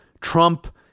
Trump